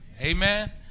Amen